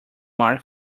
mark